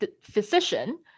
physician